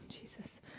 Jesus